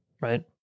right